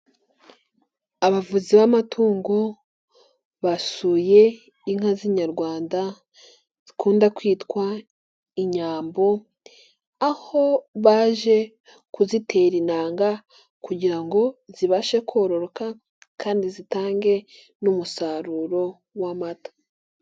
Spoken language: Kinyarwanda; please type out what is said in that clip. Abavuzi b'amatungo basuye inka z'inyarwanda zikunda kwitwa inyambo, aho baje kuzitera intangaga, kugira ngo zibashe kororoka kandi zitange n'umusaruro w'amata.